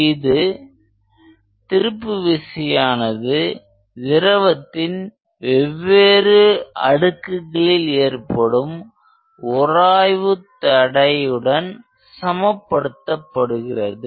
இது திருப்பு விசையானது திரவத்தின் வெவ்வேறு அடுக்குகளில் ஏற்படும் உராய்வு தடையுடன் சம படுத்தப்படுகிறது